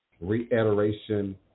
reiteration